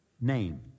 name